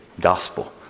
gospel